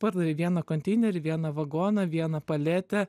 pardavei vieną konteinerį vieną vagoną vieną paletę